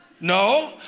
No